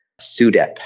SUDEP